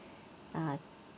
ah